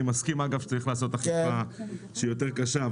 אני מסכים, אגב, שצריך לעשות אכיפה שהיא יותר קשה.